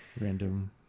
Random